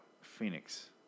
Phoenix